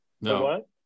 No